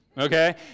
Okay